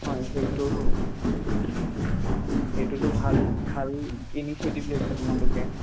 হয় সেইটো সেইটোতো ভাল ভাল ইনিচিয়েটিভ লৈছে তোমালোকে